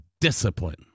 discipline